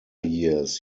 years